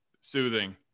soothing